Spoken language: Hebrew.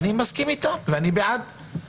אני מסכים איתם ואני בעד.